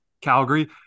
Calgary